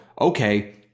okay